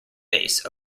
base